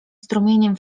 strumieniem